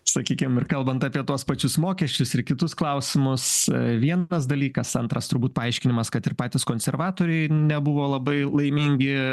sakykim ir kalbant apie tuos pačius mokesčius ir kitus klausimus vien tas dalykas antras turbūt paaiškinimas kad ir patys konservatoriai nebuvo labai laimingi